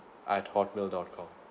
at hotmail dot com